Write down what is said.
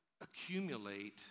accumulate